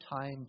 time